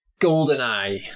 GoldenEye